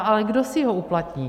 Ale kdo si ho uplatní?